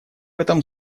этом